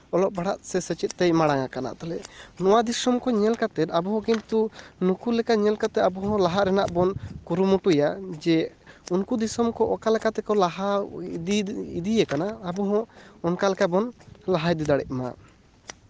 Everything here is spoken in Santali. ᱚᱞᱚᱜ ᱯᱟᱲᱦᱟᱜ ᱥᱮ ᱥᱮᱪᱮᱫ ᱛᱮᱭ ᱢᱟᱲᱟᱝ ᱟᱠᱟᱱᱟ ᱛᱟᱦᱞᱮ ᱱᱚᱣᱟ ᱫᱤᱥᱚᱢ ᱠᱚ ᱧᱮᱞ ᱠᱟᱛᱮᱜ ᱟᱵᱚ ᱦᱚᱸ ᱠᱤᱱᱛᱩ ᱱᱩᱠᱩ ᱞᱮᱠᱟ ᱧᱮᱞ ᱠᱟᱛᱮ ᱟᱵᱚᱦᱚᱸ ᱞᱟᱦᱟᱜ ᱨᱮᱱᱟᱜ ᱵᱚᱱ ᱠᱩᱨᱩᱢᱩᱴᱩᱭᱟ ᱡᱮ ᱩᱱᱠᱩ ᱫᱤᱥᱚᱢ ᱠᱚ ᱚᱠᱟ ᱞᱮᱠᱟ ᱛᱮᱠᱚ ᱞᱟᱦᱟ ᱤᱫᱤ ᱤᱫᱤᱭᱮ ᱠᱟᱱᱟ ᱟᱵᱚᱦᱚᱸ ᱚᱱᱠᱟ ᱞᱮᱠᱟ ᱵᱚᱱ ᱞᱟᱦᱟ ᱤᱫᱤᱜ ᱫᱟᱲᱮᱜ ᱢᱟ